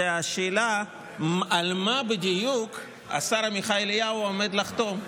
זה השאלה על מה בדיוק השר עמיחי אליהו עומד לחתום.